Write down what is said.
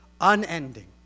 unending